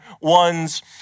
one's